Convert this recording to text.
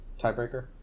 tiebreaker